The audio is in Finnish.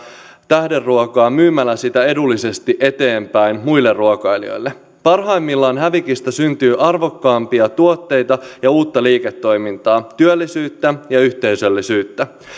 tähderuokaa myymällä sitä edullisesti eteenpäin muille ruokailijoille parhaimmillaan hävikistä syntyy arvokkaampia tuotteita ja uutta liiketoimintaa työllisyyttä ja yhteisöllisyyttä